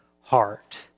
heart